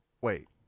wait